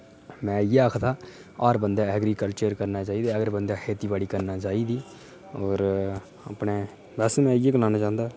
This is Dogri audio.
में इ'यै आखदा हर बंदै ऐग्रीकल्चर करना चाहिदा हर बंदै खेती बाड़ी करनी चाहिदी होर अपने बस में इ'यै गलाना चाहंदा